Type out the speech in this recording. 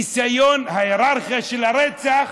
ניסיון ההייררכיה של הרצח,